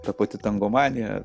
ta pati tangomanija